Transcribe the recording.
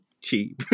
cheap